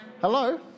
Hello